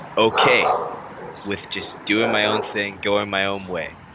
ok with just doing my own thing going my own way